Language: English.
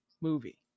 movie